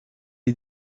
est